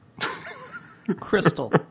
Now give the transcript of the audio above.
Crystal